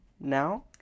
now